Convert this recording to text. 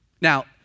Now